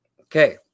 okay